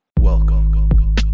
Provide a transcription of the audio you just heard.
Welcome